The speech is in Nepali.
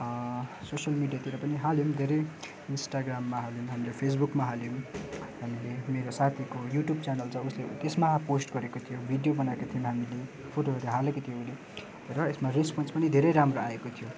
सोसल मिडियातिर पनि हाल्यौँ धेरै इन्सटाग्राममा हाल्यौँ हामीले फेसबुकमा हाल्यौँ हामीले मेरो साथीको युट्युब च्यानल छ हामीले त्यसमा पोस्ट गरेको थियौँ भिडियो बनाएको थियौँ हामीले फोटोहरू हालेको थियौँ र यसमा रेस्पन्स पनि धेरै राम्रो आएको थियो